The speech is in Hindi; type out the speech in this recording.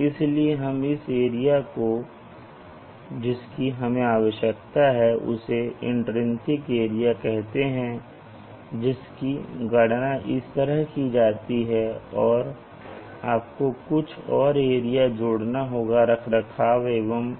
इसलिए हम इस एरिया को जिसकी हमें आवश्यकता है उसे इन्ट्रिन्सिक एरिया कहते हैं जिसकी गणना इस तरह की जाती है और आपको कुछ और एरिया जोड़ना होगा रखरखाव एवं